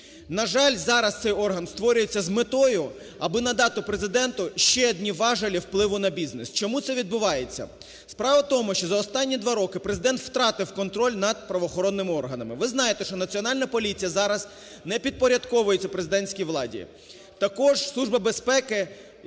На жаль, зараз цей орган створюється з метою, аби надати Президенту ще одні важелі впливу на бізнес. Чому це відбувається? Справа в тому, що за останні два роки Президент втратив контроль над правоохоронними органами. Ви знаєте, що Національна поліція зараз не підпорядковується президентській владі. Також Служба безпеки,